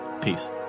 Peace